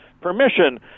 permission